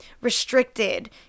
restricted